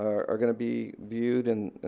are gonna be viewed and